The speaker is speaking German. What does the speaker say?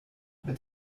mit